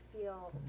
feel